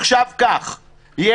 לא הבנתי.